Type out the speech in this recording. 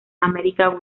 american